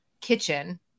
kitchen